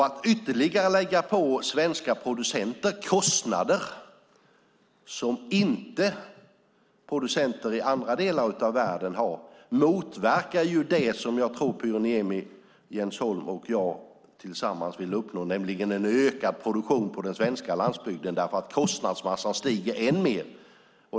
Att ytterligare lägga på svenska producenter kostnader som inte producenter i andra delar av världen har motverkar det som jag tror att Pyry Niemi, Jens Holm och jag tillsammans vill uppnå, nämligen en ökad produktion på den svenska landsbygden därför att kostnadsmassan stiger än mer.